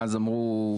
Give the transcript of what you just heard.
ואז אמרו,